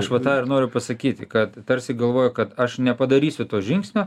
aš va tą ir noriu pasakyti kad tarsi galvoju kad aš nepadarysiu to žingsnio